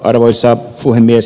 arvoisa puhemies